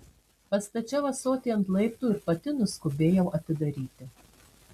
pastačiau ąsotį ant laiptų ir pati nuskubėjau atidaryti